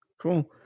Cool